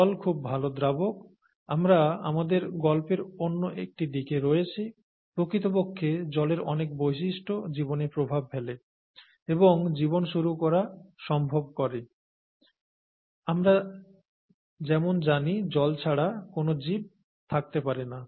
জল খুব ভালো দ্রাবক আমরা আমাদের গল্পের অন্য একটি দিকে রয়েছি প্রকৃতপক্ষে জলের অনেক বৈশিষ্ট্য জীবনে প্রভাব ফেলে এবং জীবন শুরু করা সম্ভব করে আমরা যেমন জানি জল ছাড়া কোন জীব থাকতে পারে না